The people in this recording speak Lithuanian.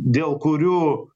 dėl kurių